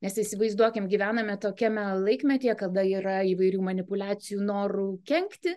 nes įsivaizduokime gyvename tokiame laikmetyje kada yra įvairių manipuliacijų noru kenkti